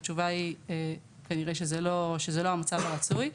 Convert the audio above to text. התשובה היא שזה כנראה לא המצב הרצוי.